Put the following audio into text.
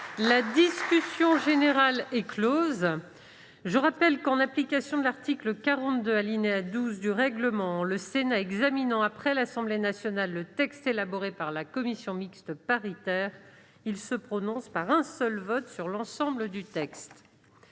la commission mixte paritaire. Je rappelle que, en application de l'article 42, alinéa 12, du règlement, le Sénat examinant après l'Assemblée nationale le texte élaboré par la commission mixte paritaire, il se prononce par un seul vote sur l'ensemble du texte